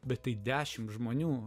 bet dešimt žmonių